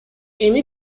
эми